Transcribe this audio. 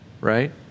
right